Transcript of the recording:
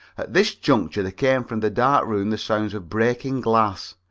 this juncture there came from the dark room the sounds of breaking glass,